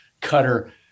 cutter